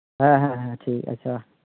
ᱦᱮᱸ ᱦᱮᱸ ᱴᱷᱤᱠ ᱟᱪᱷᱮ